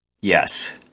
yes